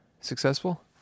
successful